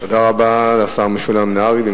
תודה רבה לשר משולם נהרי.